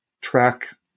track